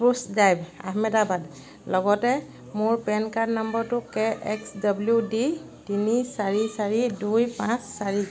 spruce drive Ahmedabad লগতে মোৰ pan card নম্বৰটো কে এক্স ডব্লিউ ডি তিনি চাৰি চাৰি দুই পাঁচ চাৰি